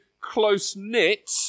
close-knit